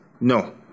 No